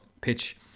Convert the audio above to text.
pitch